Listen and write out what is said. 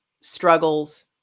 struggles